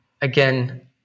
again